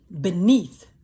beneath